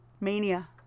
Mania